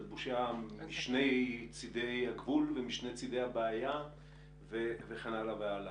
זו בושה משני צדי הגבול ומשני צדי הבעיה וכן הלאה והלאה.